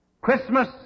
Christmas